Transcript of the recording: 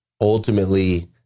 ultimately